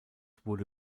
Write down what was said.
wurde